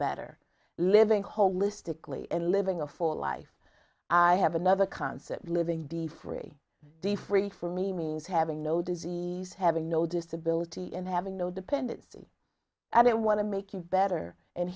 better living holistically and living a full life i have another concept living d free defray for me means having no disease having no disability and having no dependency and i want to make you better and